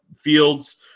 fields